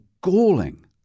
galling